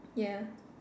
ya